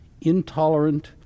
intolerant